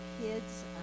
kids